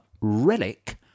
relic